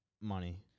money